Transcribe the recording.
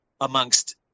amongst